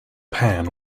pan